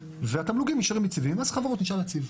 והתמלוגים נשארים יציבים ומס החברות נשאר יציב.